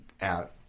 out